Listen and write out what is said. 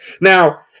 Now